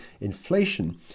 inflation